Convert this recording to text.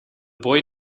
boy